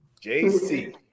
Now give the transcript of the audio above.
JC